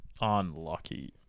Unlucky